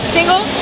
Single